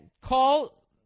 call